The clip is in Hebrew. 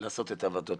המשטרה לעשות את עבודתה,